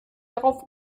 darauf